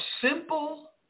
simple